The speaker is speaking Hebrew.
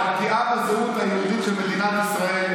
את הפגיעה בזהות היהודית של מדינת ישראל,